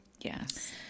yes